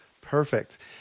Perfect